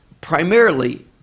Primarily